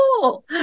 cool